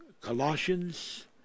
Colossians